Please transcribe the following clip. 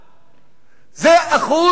זה אחוז שלא קיים,